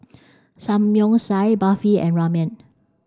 Samgyeopsal Barfi and Ramen